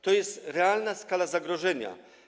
To jest realna skala zagrożenia.